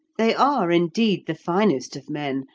they are, indeed, the finest of men,